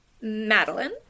Madeline